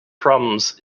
problems